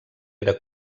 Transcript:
era